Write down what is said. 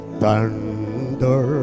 thunder